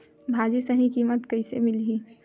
भाजी सही कीमत कइसे मिलही?